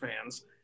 fans